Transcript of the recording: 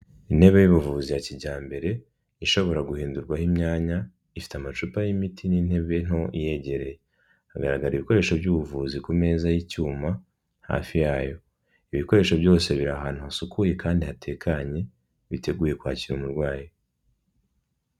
Intebe y'ubuvuzi ya kijyambere ishobora guhindurwaho imyanya, ifite amacupa y'imiti n'intebe nto iyegereye. Hagaragara ibikoresho by'ubuvuzi ku meza y'icyuma hafi yayo. Ibikoresho byose biri ahantu hasukuye kandi hatekanye, biteguye kwakira umurwayi.